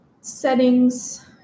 settings